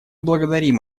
благодарим